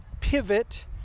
pivot